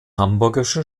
hamburgischen